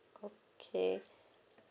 okay